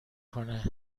کنه